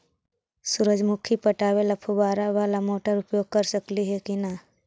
सुरजमुखी पटावे ल फुबारा बाला मोटर उपयोग कर सकली हे की न?